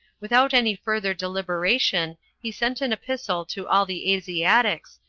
without any further deliberation, he sent an epistle to all the asiatics,